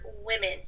women